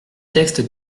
textes